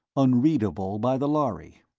unreadable by the lhari.